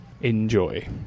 Enjoy